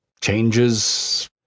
changes